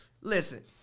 Listen